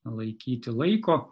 laikyti laiko